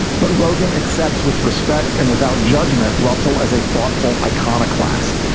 but rogan accepts with respect and without judgment, russell as a thoughtful iconoclast.